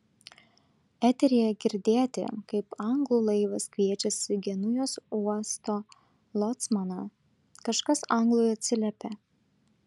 eteryje girdėti kaip anglų laivas kviečiasi genujos uosto locmaną kažkas anglui atsiliepia